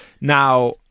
Now